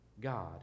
God